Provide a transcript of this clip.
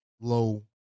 Low